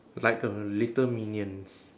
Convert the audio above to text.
like a little minions